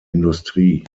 industrie